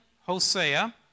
Hosea